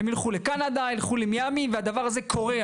הם ילכו לקנדה, ילכו למיאמי, והדבר הזה קורה.